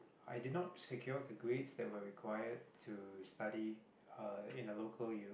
i did not secure the grades that were required to study uh in a local U